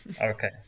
Okay